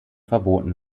verboten